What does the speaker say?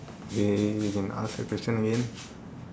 okay you can ask a question again